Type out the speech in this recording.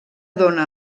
dóna